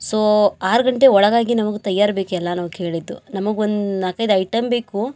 so ಆರು ಗಂಟೆ ಒಳಗಾಗಿ ನಮಗೆ ತಯಾರ್ ಬೇಕು ಎಲ್ಲಾ ನಾವು ಕೇಳಿದ್ದು ನಮಗೆ ಒಂದು ನಾಕೈದು ಐಟಮ್ ಬೇಕು